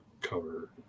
cover